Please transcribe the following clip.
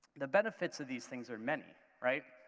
the benefits of these things are many, right?